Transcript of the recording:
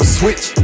switch